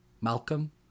Malcolm